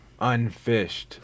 unfished